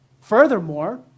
Furthermore